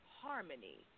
harmony